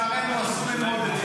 לצערנו,